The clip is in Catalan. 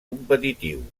competitiu